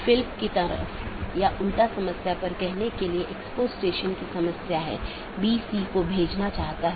पथ को पथ की विशेषताओं के रूप में रिपोर्ट किया जाता है और इस जानकारी को अपडेट द्वारा विज्ञापित किया जाता है